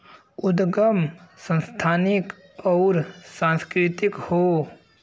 उदगम संस्थानिक अउर सांस्कृतिक हौ